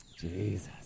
Jesus